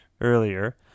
earlier